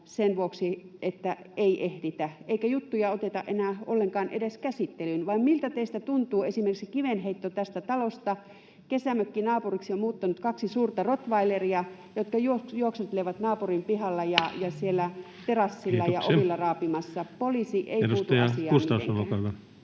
sen vuoksi, että ei ehditä, eikä juttuja oteta enää ollenkaan edes käsittelyyn. Vai miltä teistä tuntuu se, että esimerkiksi kivenheiton päässä tästä talosta kesämökkinaapuriksi on muuttanut kaksi suurta rottweileria, jotka juoksentelevat naapurin pihalla ja siellä terassilla ja ovilla